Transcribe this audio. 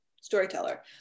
storyteller